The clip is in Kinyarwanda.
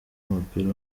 w’umupira